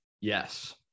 yes